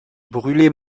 brûlé